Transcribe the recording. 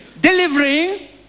Delivering